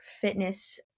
fitness